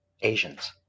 Asians